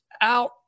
out